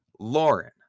Lauren